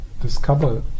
discover